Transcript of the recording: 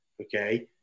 okay